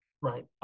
Right